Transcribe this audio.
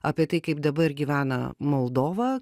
apie tai kaip dabar gyvena moldova